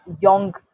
young